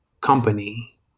company